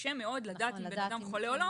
שקשה מאוד לדעת אם בן אדם חולה או לא,